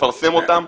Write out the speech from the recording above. לפרסם אותם.